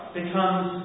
becomes